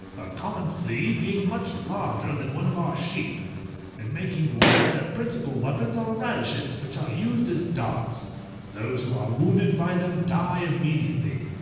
a common flea being much larger than one of our sheep in making war, their principal weapons are radishes, which are used as darts those who are wounded by them die immediately.